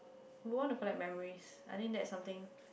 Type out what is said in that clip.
want of collect memories I think that is something